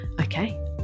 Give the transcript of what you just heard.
Okay